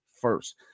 first